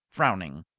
frowning.